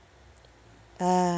uh